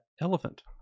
elephant